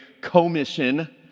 commission